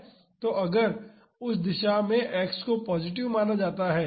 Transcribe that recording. तो अगर उस दिशा में x को पॉजिटिव माना जाता है